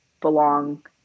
belong